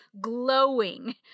glowing